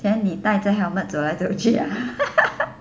then 你带着 helmet 走来走去 ah